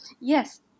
Yes